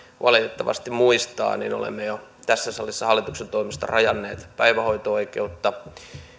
valitettavasti muistaa niin olemme tässä salissa hallituksen toimesta jo rajanneet päivähoito oikeutta